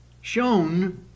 shown